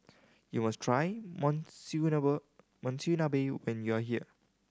you must try Monsunabe when you are here